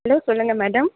hello சொல்லுங்க madam